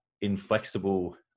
inflexible